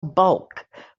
bulk